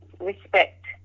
respect